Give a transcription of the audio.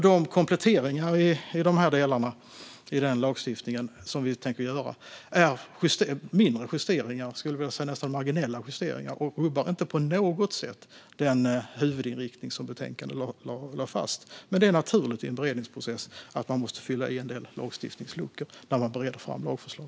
De kompletteringar av delar av lagstiftningen som vi tänker göra är mindre - jag skulle vilja säga nästan marginella - justeringar och rubbar inte på något sätt den huvudinriktning som lagts fast i betänkandet. Men det är naturligt i en beredningsprocess att man måste fylla i en del lagstiftningsluckor när man bereder lagförslag.